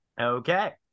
Okay